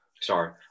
sorry